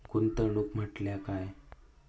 गुंतवणूक म्हटल्या काय?